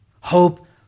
Hope